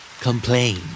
Complain